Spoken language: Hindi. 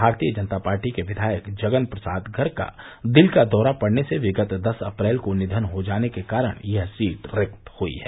भारतीय जनता पार्टी के विधायक जगन प्रसाद गर्ग का दिल का दौरा पड़ने से विगत दस अप्रैल को निधन हो जाने के कारण यह सीट रिक्त हुई है